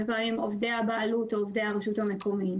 פעמים עובדי הבעלות או עובדי הרשות המקומית,